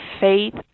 faith